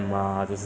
那你呢